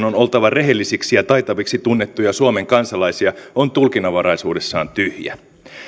on oltava rehellisiksi ja taitaviksi tunnettuja suomen kansalaisia on tulkinnanvaraisuudessaan tyhjä